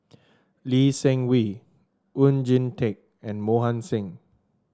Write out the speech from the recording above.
Lee Seng Wee Oon Jin Teik and Mohan Singh